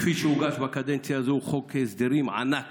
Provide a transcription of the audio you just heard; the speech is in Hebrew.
כפי שהוגש בקדנציה הזאת הוא חוק הסדרים ענק